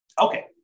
Okay